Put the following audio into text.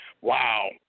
Wow